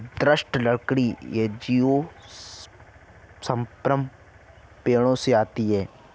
दृढ़ लकड़ी एंजियोस्पर्म पेड़ों से आती है